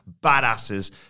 badasses